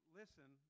listen